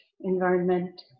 environment